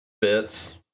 bits